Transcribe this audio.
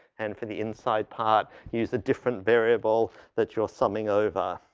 and for the inside part use a different variable that you're summing over.